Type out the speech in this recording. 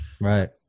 right